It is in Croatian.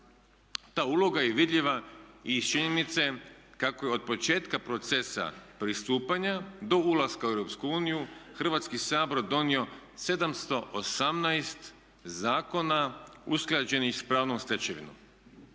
Ta uloga je vidljiva i iz činjenice kako je od početka procesa pristupanja do ulaska u EU Hrvatski sabor donio 718 zakona usklađenih s pravnom stečevinom.